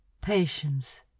Patience